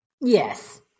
Yes